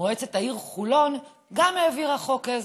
מועצת העיר חולון העבירה חוק עזר,